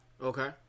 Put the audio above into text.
Okay